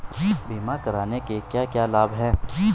बीमा करने के क्या क्या लाभ हैं?